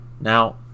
Now